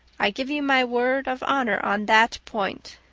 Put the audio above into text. i give you my word of honor on that point.